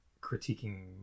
critiquing